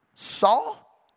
Saul